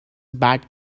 bat